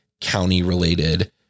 county-related